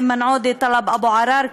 איימן עודה וטלב אבו עראר.